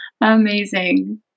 amazing